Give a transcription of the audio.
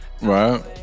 Right